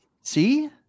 See